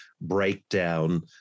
breakdown